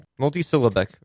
Multisyllabic